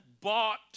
bought